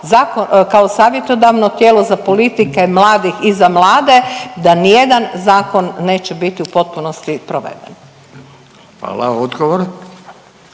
kao savjetodavno tijelo za politike mladih i za mlade da ni jedan zakon neće biti u potpunosti proveden. **Radin,